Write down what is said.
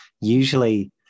usually